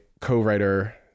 co-writer